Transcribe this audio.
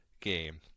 game